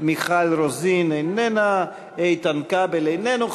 מיכל רוזין, איננה, איתן כבל, איננו.